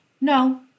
No